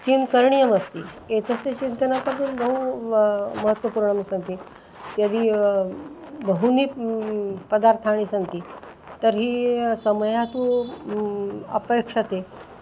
किं करणीयमस्ति एतस्य चिन्तनं बहु महत्त्वपूर्णं सन्ति यदि बहूनि पदार्थानि सन्ति तर्हि समयः तु अपेक्ष्यते